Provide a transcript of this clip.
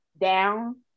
down